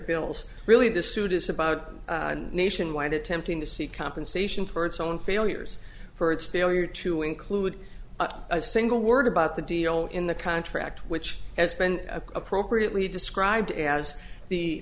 bills really this suit is about nationwide attempting to seek compensation for its own failures for its failure to include a single word about the deal in the contract which has been appropriately described as the